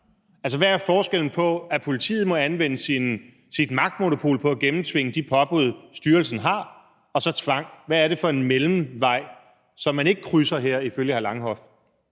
Altså, hvad er forskellen på, at politiet må anvende sit magtmonopol på at gennemtvinge de påbud, styrelsen har, og tvang? Hvad er det for en mellemvej, som man ikke krydser her, ifølge hr. Rasmus